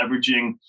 leveraging